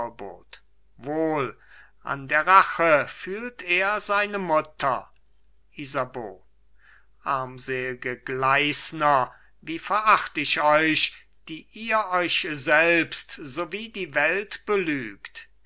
wohl an der rache fühlt er seine mutter isabeau armselge gleisner wie veracht ich euch die ihr euch selbst so wie die welt belügt